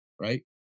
Right